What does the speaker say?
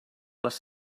les